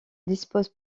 dispose